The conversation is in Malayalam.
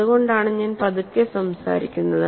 അതുകൊണ്ടാണ് ഞാൻ പതുക്കെ സംസാരിക്കുന്നത്